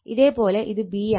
അതേ പോലെ ഇത് B ആണ്